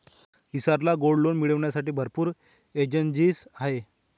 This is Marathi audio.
हिसार ला गोल्ड लोन मिळविण्यासाठी भरपूर एजेंसीज आहेत